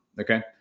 okay